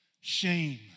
shame